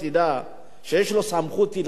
שיש לו סמכות הלכתית דתית